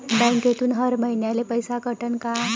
बँकेतून हर महिन्याले पैसा कटन का?